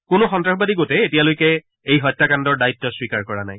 কোনো সন্ত্ৰাসবাদী গোটে এতিয়ালৈকে এই হত্যাকাণ্ডৰ দায়িত্ব স্বীকাৰ কৰা নাই